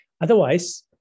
Otherwise